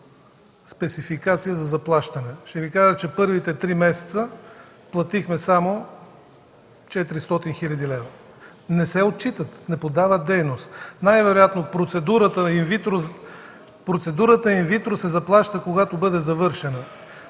спецификация за заплащане. Ще кажа, че първите три месеца платихме само 400 хил. лв. Не се отчитат, не подават дейност. Най-вероятно процедурата „ин витро” се заплаща, когато бъде завършена.